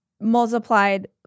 multiplied